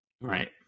Right